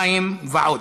מים ועוד.